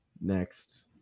next